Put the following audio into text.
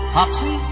Popsy